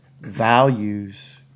values